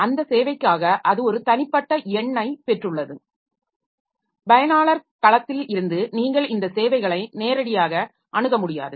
அந்த சேவைக்காக அது ஒரு தனிப்பட்ட எண்ணைப் பெற்றுள்ளது பயனாளர் களத்தில் இருந்து நீங்கள் இந்த சேவைகளை நேரடியாக அணுக முடியாது